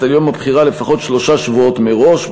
על יום הבחירה לפחות שלושה שבועות מראש,